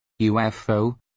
UFO